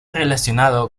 relacionado